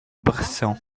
berceau